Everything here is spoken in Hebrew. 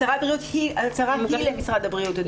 הצהרת הבריאות היא למשרד הבריאות.